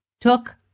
took